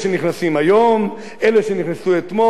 אלה שנכנסו אתמול,